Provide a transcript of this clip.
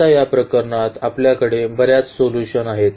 तर आता या प्रकरणात आपल्याकडे बर्याच सोल्यूशन्स आहेत